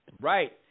Right